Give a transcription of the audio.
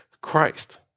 Christ